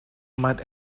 mud